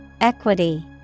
Equity